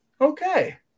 okay